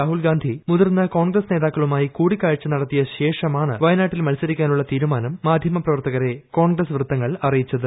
രാഹുൽഗാന്ധി മുതിർന്ന കോൺഗ്രസ് നേതാക്കളുമായി കൂടിക്കാഴ്ച നടത്തിയശേഷമാണ് വയനാട്ടിൽ മത്സരിക്കാനുള്ള തീരുമാനം മാധ്യമ പ്രവർത്തകരെ കോൺഗ്രസ് വൃത്തങ്ങൾ അറിയിച്ചത്